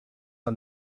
are